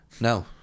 no